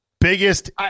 Biggest